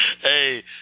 Hey